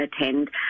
attend